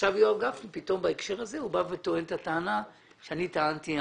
עכשיו יואב גפני בהקשר הזה טוען את הטענה שאני טענתי אז.